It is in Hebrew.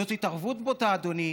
זאת התערבות בוטה, אדוני,